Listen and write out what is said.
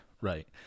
right